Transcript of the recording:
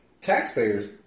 taxpayers